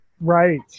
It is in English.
Right